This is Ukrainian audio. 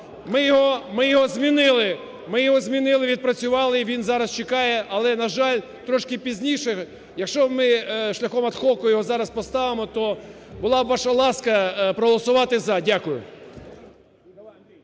ми його змінили, відпрацювали і він зараз чекає, але, на жаль, трошки пізніше. Якщо ми шляхом ad hoc його зараз поставимо, то була б ваша ласка проголосувати "за". Дякую.